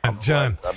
John